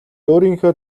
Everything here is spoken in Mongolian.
өөрийнхөө